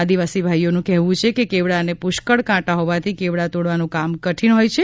આદિવાસી ભાઈઓનું કહેવું છે કે કેવડાને પુષ્કળ કાંટા હોવાથી કેવડા તોડવાનું કામ કઠિન હોય છે